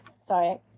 sorry